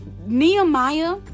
Nehemiah